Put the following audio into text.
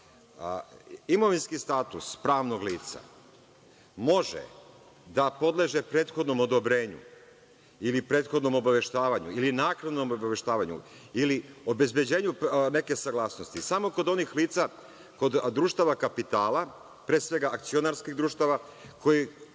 Imovinski status pravnog lica može da podleže prethodnom odobrenju ili prethodnom obaveštavanju ili naknadnom obaveštavanju ili obezbeđenju neke saglasnosti samo kod onih lica, kod društava kapitala, pre svega akcionarskih društava, koji